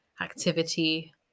activity